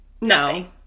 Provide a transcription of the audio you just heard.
No